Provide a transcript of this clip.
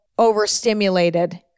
overstimulated